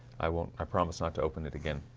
i won't i promise not to open it again?